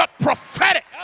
prophetic